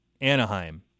Anaheim